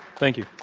thank you.